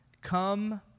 Come